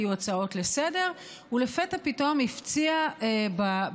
היו הצעות לסדר-היום, ולפתע פתאום הפציע במליאה,